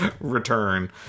return